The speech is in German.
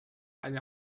eine